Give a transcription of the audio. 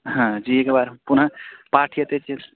हा जी एकवारं पुनः पाठ्यते चेत्